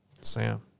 Sam